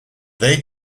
they